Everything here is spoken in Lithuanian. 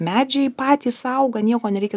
medžiai patys auga nieko nereikia